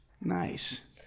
Nice